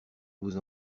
vous